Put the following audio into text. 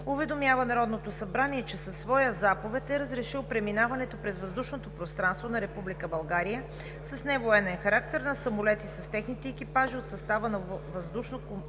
уведомява Народното събрание, че със своя заповед е разрешил преминаването през въздушното пространство на Република България с невоенен характер на самолети с техните екипажи от състава на